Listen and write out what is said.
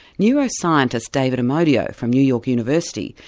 neuroscientist david amodio from new york university,